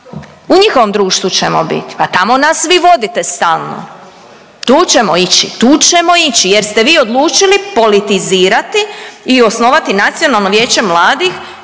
U njihovom društvu ćemo biti, pa tamo nas vi vodite stalno, tu ćemo ići, tu ćemo ići jer ste vi odlučili politizirati i osnovati Nacionalno vijeće mladih